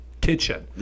kitchen